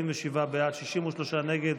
47 בעד, 63 נגד.